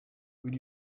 will